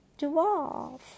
dwarf